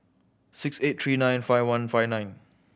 six eight three nine five one five nine